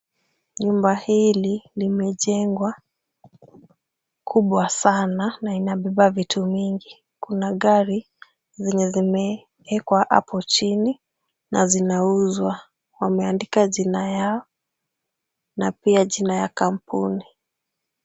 Nyumba hili limejengwa kubwa sana na inabeba vitu mingi. Kuna gari zenye zimewekwa hapo chini na zinauzwa. Wameandika jina yao na pia jina ya kampuni.